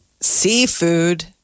Seafood